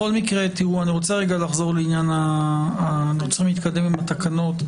בכל מקרה, אנחנו צריכים להתקדם עם התקנות.